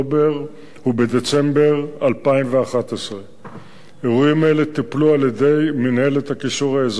ובדצמבר 2011. אירועים אלה טופלו על-ידי מינהלת הקישור האזרחי